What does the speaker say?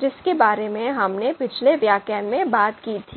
जिसके बारे में हमने पिछले व्याख्यान में बात की थी